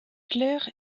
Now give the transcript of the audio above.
clerc